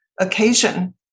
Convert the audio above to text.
occasion